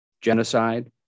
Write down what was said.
genocide